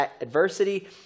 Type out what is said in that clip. adversity